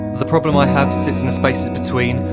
the problem i have sits in the spaces between,